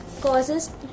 causes